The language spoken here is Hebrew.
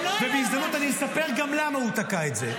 ובהזדמנות אני אספר גם למה הוא תקע את זה,